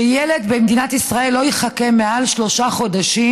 שילד במדינת ישראל לא יחכה מעל שלושה חודשים